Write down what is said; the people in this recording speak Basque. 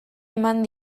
eman